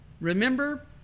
Remember